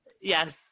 Yes